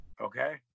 okay